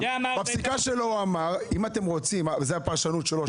בפסיקה שלו הוא אמר שזו הפרשנות שלו,